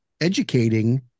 educating